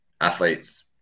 athletes